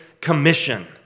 Commission